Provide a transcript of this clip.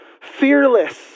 fearless